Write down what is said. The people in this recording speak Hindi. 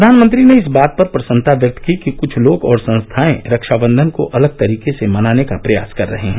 प्रधानमंत्री ने इस बात पर प्रसन्नता व्यक्त की कि कुछ लोग और संस्थाएं रक्षाबंधन को अलग तरीके से मनाने का प्रयास कर रहे है